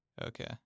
Okay